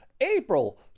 April